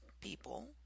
people